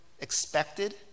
expected